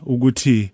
Uguti